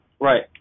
Right